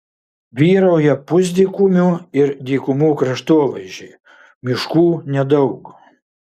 vyrauja pusdykumių ir dykumų kraštovaizdžiai miškų nedaug